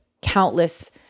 countless